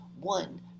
one